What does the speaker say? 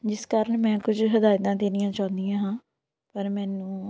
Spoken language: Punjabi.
ਜਿਸ ਕਾਰਨ ਮੈਂ ਕੁਝ ਹਦਾਇਤਾਂ ਦੇਣੀਆਂ ਚਾਹੁੰਦੀ ਹਾਂ ਪਰ ਮੈਨੂੰ